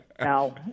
Now